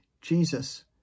Jesus